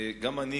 גם אני,